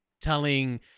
telling